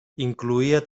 incloïa